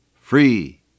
free